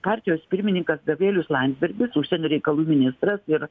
partijos pirmininkas gabrielius landsbergis užsienio reikalų ministras ir